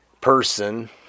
person